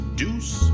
deuce